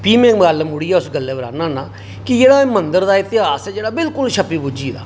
प्ही में गल्ल मुड़ियै उस गल्लै पर औन्ना होन्नां कि जेह्ड़ा एह् मंदर दा इतिहास ऐ जेह्ड़ा एह् बिल्कुल छप्पी गुज्झी गेदा